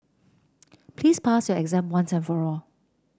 please pass your exam once and for all